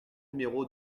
numéro